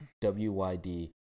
W-Y-D